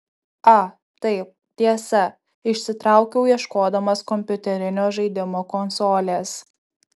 a taip tiesa išsitraukiau ieškodamas kompiuterinio žaidimo konsolės